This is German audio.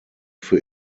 für